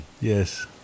Yes